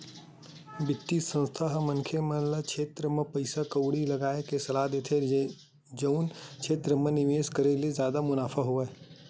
बित्तीय संस्था ह मनखे मन ल ओ छेत्र म पइसा कउड़ी लगाय के सलाह देथे जउन क्षेत्र म निवेस करे ले जादा मुनाफा होवय